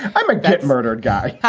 i might get murdered, guy